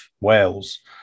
Wales